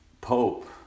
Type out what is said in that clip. Pope